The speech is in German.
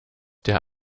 der